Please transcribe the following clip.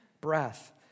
breath